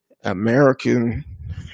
American